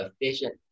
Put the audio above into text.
efficient